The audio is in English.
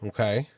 Okay